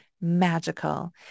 magical